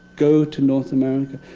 go to north america.